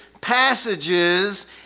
passages